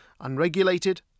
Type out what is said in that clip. unregulated